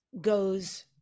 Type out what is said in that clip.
goes